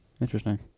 interesting